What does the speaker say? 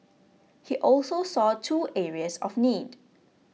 he also saw two areas of need